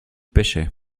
pêchait